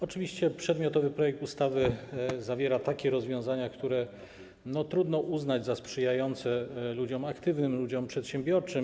Oczywiście przedmiotowy projekt ustawy zawiera takie rozwiązania, które trudno uznać za sprzyjające ludziom aktywnym, ludziom przedsiębiorczym.